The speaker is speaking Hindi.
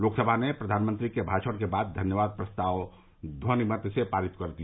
लोकसभा ने प्रधानमंत्री के भाषण के बाद धन्यवाद प्रस्ताव को ध्वनिमत से पारित कर दिया